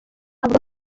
avuga